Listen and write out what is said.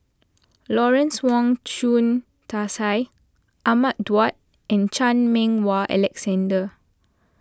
Lawrence Wong Shyun Tsai Ahmad Daud and Chan Meng Wah Alexander